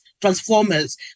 transformers